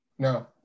No